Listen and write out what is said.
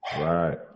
Right